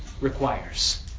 requires